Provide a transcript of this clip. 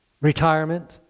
retirement